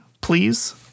Please